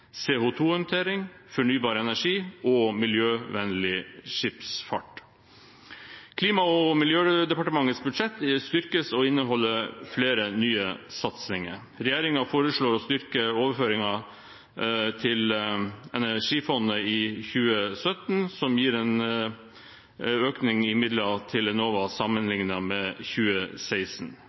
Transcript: -håndtering, fornybar energi og miljøvennlig skipsfart. Klima- og miljødepartementets budsjett styrkes og inneholder flere nye satsinger. Regjeringen foreslår å styrke overføringene til Energifondet i 2017, som gir en økning i midler til Enova sammenlignet med 2016.